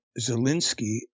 Zelensky